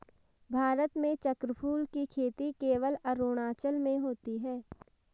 भारत में चक्रफूल की खेती केवल अरुणाचल में होती है